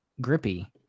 Grippy